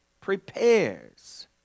prepares